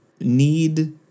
need